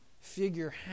figure